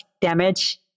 damage